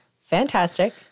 fantastic